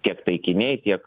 tiek taikiniai tiek